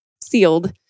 sealed